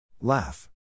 Laugh